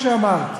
כמו שאמרת,